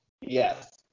Yes